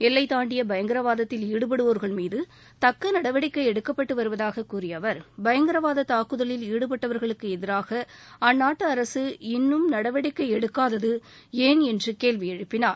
எல்லைத்தாண்டிய பயங்கரவாதத்தில் ஈடுபடுவோர்கள் மீது தக்க நடவடிக்கை எடுக்கப்பட்டு வருவதாக கூறிய அவர் பயங்கரவாத தாக்குதலில் ஈடுபட்டவர்களுக்கு எதிராக அற்நாட்டு அரசு இன்னும் நடவடிக்கை எடுக்காதது ஏன் என்று கேள்வி எழுப்பினார்